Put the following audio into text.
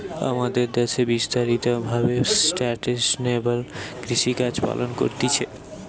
আমাদের দ্যাশে বিস্তারিত ভাবে সাস্টেইনেবল কৃষিকাজ পালন করতিছে